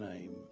name